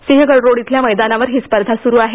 Sinhagad road इथल्या मैदानावर ही स्पर्धा स्रु आहे